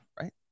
right